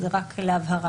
זה רק להבהרה.